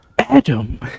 Adam